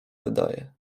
wydaje